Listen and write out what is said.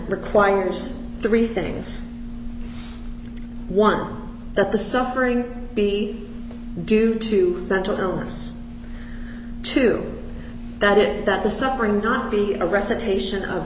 requires three things one that the suffering be due to mental illness two that it that the suffering not be a recitation of